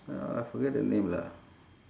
uh I forget the name lah